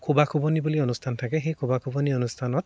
খোবাখুবুনি বুলি অনুষ্ঠান থাকে সেই খোবাখুবুনি অনুষ্ঠানত